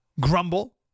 grumble